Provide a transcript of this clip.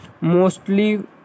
mostly